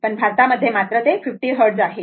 पण भारतामध्ये मध्ये ते 50 हर्ट्झ आहे